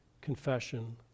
confession